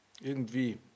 Irgendwie